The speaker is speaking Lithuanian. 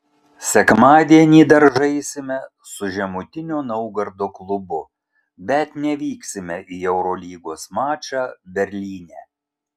sekmadienį dar žaisime su žemutinio naugardo klubu bet nevyksime į eurolygos mačą berlyne